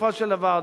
בסופו של דבר,